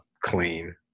clean